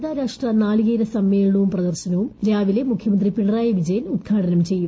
അന്താരാഷ്ട്ര നാളികേര സമ്മേളനവും പ്രദർശനവും രാവിലെ മുഖ്യമന്ത്രി പിണറായി വിജയൻ ഉദ്ഘാടനം ചെയ്യും